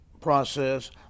process